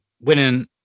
winning